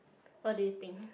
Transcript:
what do you think